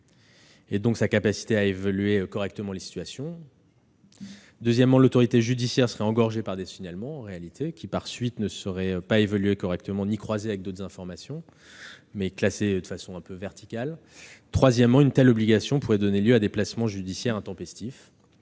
et donc sa capacité à évaluer correctement les situations. Deuxièmement, l'autorité judiciaire serait engorgée par des signalements, qui, par la suite, ne seraient pas évalués correctement ni croisés avec d'autres informations, mais simplement classés. Troisièmement, une telle obligation pourrait donner lieu à des placements judiciaires intempestifs,